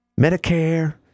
Medicare